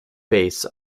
bass